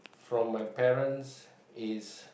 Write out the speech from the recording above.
from my parents is